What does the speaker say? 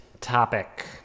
topic